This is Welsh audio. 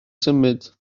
symud